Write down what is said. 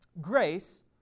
Grace